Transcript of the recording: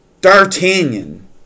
D'Artagnan